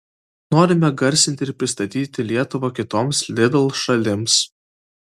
norime garsinti ir pristatyti lietuvą kitoms lidl šalims